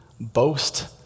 boast